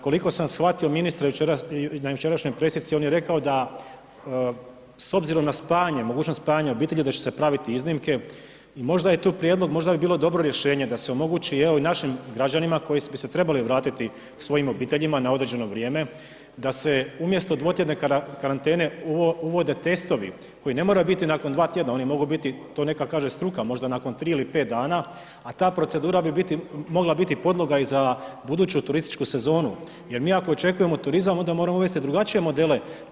Koliko sam shvatio ministra na jučerašnjoj presici, on je rekao da s obzirom na spajanje, mogućnost spajanja obitelji da će se praviti iznimke i možda je tu prijedlog, možda bi bilo dobro rješenje da se omogući, evo i našim građanima koji bi se trebali vratiti svojim obiteljima na određeno vrijeme, da se umjesto dvotjedne karantene uvode testovi koji ne moraju biti nakon 2 tjedna, oni mogu biti, to neka kaže struka, možda nakon 3 ili 5 dana, a ta procedura bi u biti mogla biti podloga i za buduću turističku sezonu jer mi ako očekujemo turizam, onda moramo uvesti drugačije modele.